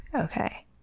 okay